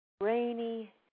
Rainy